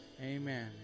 Amen